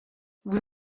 vous